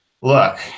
look